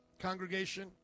congregation